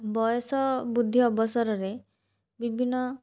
ବୟସ ବୃଦ୍ଧି ଅବସରରେ ବିଭିନ୍ନ